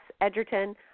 Edgerton